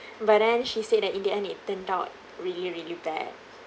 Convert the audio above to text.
but then she said that in the end it turned out really really bad